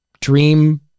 Dream